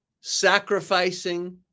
sacrificing